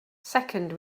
second